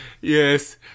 yes